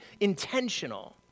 intentional